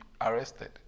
arrested